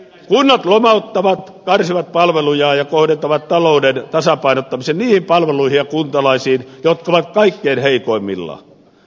kunnat lomauttavat karsivat palvelujaan ja kohdentavat talouden tasapainottamisen niihin palveluihin ja kuntalaisiin jotka ovat kaikkein heikoimmilla